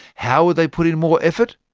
how would they put in more effort?